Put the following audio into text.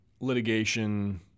litigation